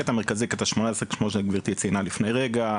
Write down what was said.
קטע מרכזי קטע 18 כמו שגברתי ציינה לפני רגע,